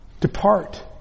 Depart